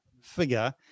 figure